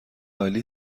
عالی